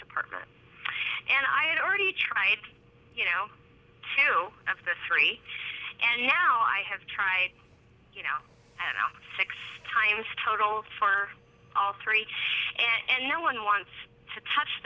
department and i had already tried you know taro of the three and now i have tried you know around six times total for all three and no one wants to touch